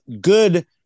good